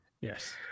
Yes